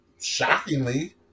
shockingly